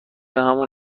همون